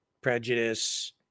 prejudice